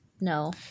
No